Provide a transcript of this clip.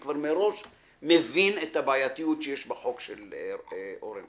אני כבר מראש מבין את הבעייתיות שיש בהצעת החוק של אורן חזן.